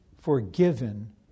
forgiven